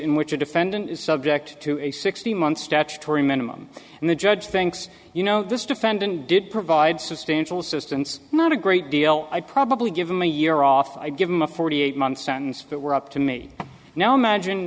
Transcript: in which a defendant is subject to a sixteen month statutory minimum and the judge thinks you know this defendant did provide substantial assistance not a great deal i'd probably give him a year off i'd give him a forty eight month sentence but we're up to me now imagine